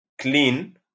clean